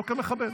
לא כמחבל.